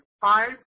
five